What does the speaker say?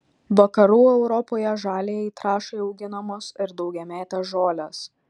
vakarų europoje žaliajai trąšai auginamos ir daugiametės žolės